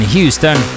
Houston